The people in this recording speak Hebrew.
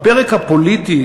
בפרק הפוליטי,